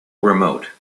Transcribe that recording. remote